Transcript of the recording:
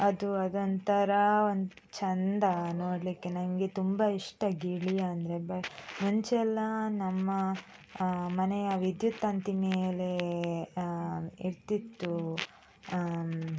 ಅದು ಅದೊಂಥರಾ ಒಂದು ಚಂದ ನೋಡಲಿಕ್ಕೆ ನನಗೆ ತುಂಬ ಇಷ್ಟ ಗಿಳಿ ಅಂದರೆ ಬ ಮುಂಚೆಯೆಲ್ಲಾ ನಮ್ಮ ಮನೆಯ ವಿದ್ಯುತ್ ತಂತಿ ಮೇಲೆ ಇರ್ತಿತ್ತು